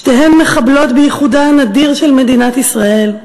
שתיהן מחבלות בייחודה הנדיר של מדינת ישראל,